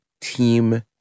team